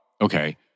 okay